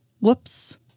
Whoops